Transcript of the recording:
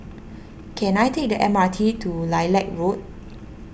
can I take the M R T to Lilac Road